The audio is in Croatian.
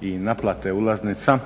i naplate ulaznica